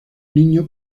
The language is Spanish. niño